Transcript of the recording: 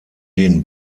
den